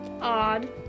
odd